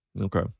okay